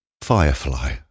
Firefly